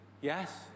Yes